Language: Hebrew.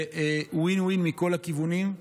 זה win-win מכל הכיוונים.